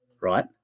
right